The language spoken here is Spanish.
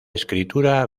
escritura